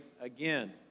Again